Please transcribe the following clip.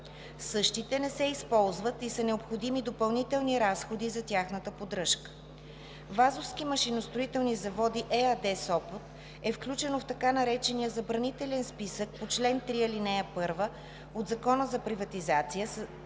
Същите не се използват и са необходими допълнителни разходи за тяхната поддръжка. „Вазовски машиностроителни заводи“ ЕАД – Сопот, е включено в така наречения забранителен списък по чл. 3, ал. 1 от Закона за приватизация и